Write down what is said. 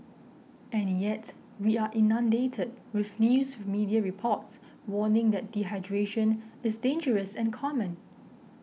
and yet we are inundated with news media reports warning that dehydration is dangerous and common